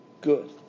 good